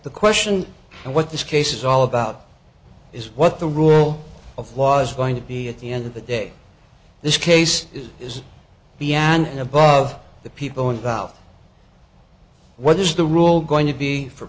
the question what this case is all about is what the rule of law is going to be at the end of the day this case is beyond and above the people involved what is the rule going to be for